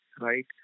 right